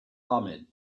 ahmed